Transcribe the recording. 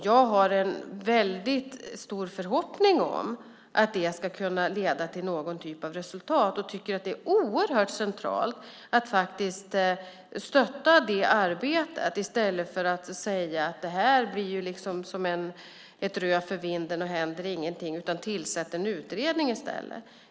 Jag hyser gott hopp om att det här ska kunna leda till någon typ av resultat och tycker att det är oerhört centralt att stötta det arbetet i stället för att säga att det här blir som ett rö för vinden, att det inte händer någonting och att vi ska tillsätta en utredning i stället.